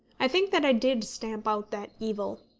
i think that i did stamp out that evil.